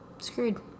screwed